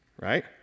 right